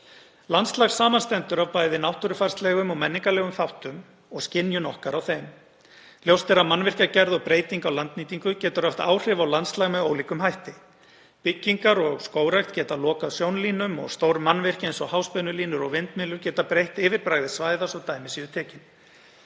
Landslag samanstendur af bæði náttúrufarslegum og menningarlegum þáttum og skynjun okkar á þeim. Ljóst er að mannvirkjagerð og breyting á landnýtingu getur haft áhrif á landslag með ólíkum hætti. Byggingar og skógrækt geta lokað sjónlínum og stór mannvirki eins og háspennulínur og vindmyllur geta breytt yfirbragði svæða, svo dæmi séu tekin.